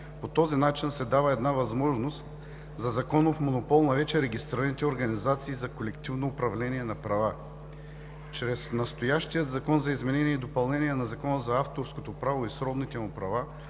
По този начин се дава възможност за законов монопол на вече регистрираните организации за колективно управление на права. Чрез настоящия Закон за изменение и допълнение на Закона за авторското право и сродните му права